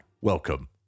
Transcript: welcome